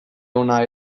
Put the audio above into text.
ona